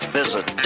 visit